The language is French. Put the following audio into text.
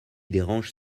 dérange